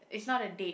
it's not a date